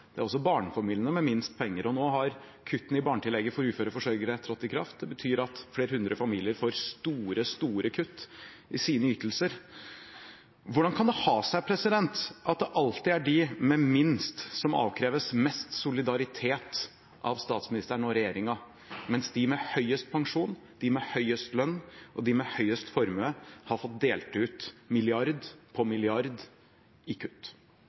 det er også barnefamiliene med minst penger. Nå har kuttene i barnetillegget for uføre forsørgere trådt i kraft. Det betyr at flere hundre familier får store, store kutt i sine ytelser. Hvordan kan det ha seg at det alltid er de som har minst, som avkreves mest solidaritet av statsministeren og regjeringen, mens de med høyest pensjon, de med høyest lønn, og de med høyest formue har fått delt ut milliard på milliard i